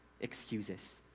excuses